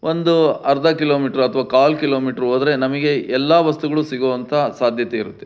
ಒಂದು ಅರ್ಧ ಕಿಲೋಮೀಟ್ರ್ ಅಥವಾ ಕಾಲು ಕಿಲೋಮೀಟ್ರು ಹೋದ್ರೆ ನಮಗೆ ಎಲ್ಲ ವಸ್ತುಗಳು ಸಿಗುವಂಥ ಸಾಧ್ಯತೆ ಇರುತ್ತೆ